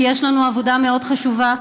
כי יש לנו עבודה מאוד חשובה.